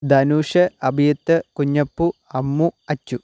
Dhanush Abheeth Kunjappu Ammu Achu